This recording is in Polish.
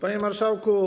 Panie Marszałku!